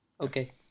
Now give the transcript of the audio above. Okay